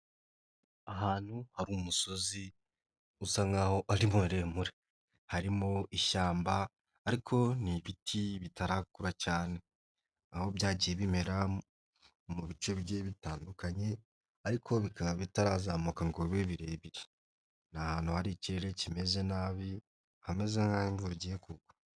Ahantu hari umusozi usa nk'aho ari muremure harimo ishyamba, ariko ni ibiti bitarakura cyane, aho byagiye bimera mu bice bigiye bitandukanye, ariko bikaba bitarazamuka ngo bibe birebire. Ni ahantu hari ikirere kimeze nabi hameze nk'aho imvura igiye kugwa.